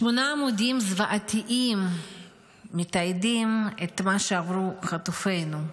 שמונה עמודים זוועתיים מתעדים את מה שעברו חטופינו: